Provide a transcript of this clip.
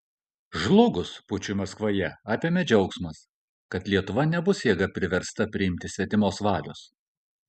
žlugus pučui maskvoje apėmė džiaugsmas kad lietuva nebus jėga priversta priimti svetimos valios